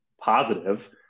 positive